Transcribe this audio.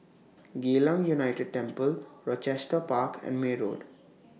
Geylang United Temple Rochester Park and May Road